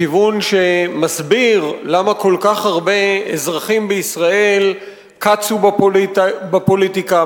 לכיוון שמסביר למה כל כך הרבה אזרחים בישראל קצו בפוליטיקה,